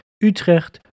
Utrecht